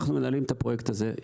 אנחנו מנהלים את הפרויקט הזה,